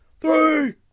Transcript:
Three